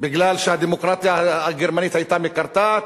מפני שהדמוקרטיה הגרמנית היתה מקרטעת?